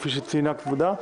כפי שציינה כבוד השופטת.